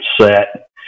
set